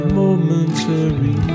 momentary